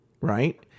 Right